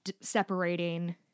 separating